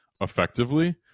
effectively